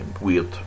Weird